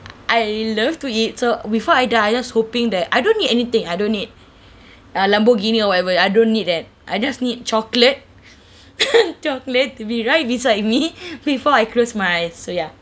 I love to eat so before I die just hoping that I don't need anything I don't need a lamborghini or whatever I don't need that I just need chocolate chocolate to be right beside me before I close my eyes so ya